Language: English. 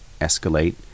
escalate